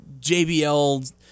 JBL